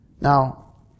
Now